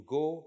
go